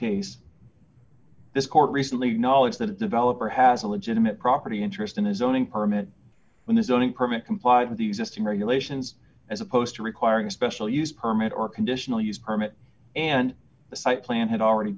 case this court recently knowledge that a developer has a legitimate property interest in a zoning permit when the zoning permit complied with the existing regulations as opposed to requiring a special use permit or conditional use permit and the site plan had already